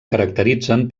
caracteritzen